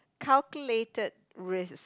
calculated risk